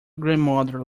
grandmother